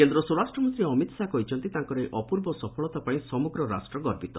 କେନ୍ଦ୍ର ସ୍ୱରାଷ୍ଟ୍ର ମନ୍ତ୍ରୀ ଅମିତ ଶାହା କହିଛନ୍ତି ତାଙ୍କର ଏହି ଅପୂର୍ବ ସଫଳତା ପାଇଁ ସମଗ୍ର ରାଷ୍ଟ୍ର ଗର୍ବିତ